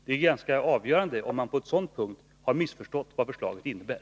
Det är ganska avgörande, om man på en sådan punkt har missförstått vad förslaget innebär.